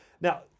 Now